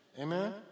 Amen